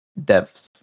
devs